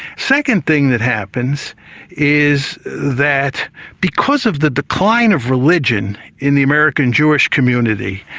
second thing that happens is that because of the decline of religion in the american jewish community,